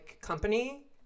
company